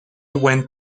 went